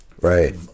Right